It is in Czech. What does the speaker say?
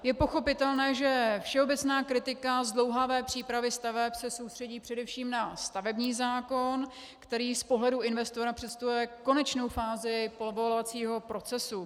Je pochopitelné, že všeobecná kritika zdlouhavé přípravy staveb se soustředí především na stavební zákon, který z pohledu investora představuje konečnou fázi povolovacího procesu.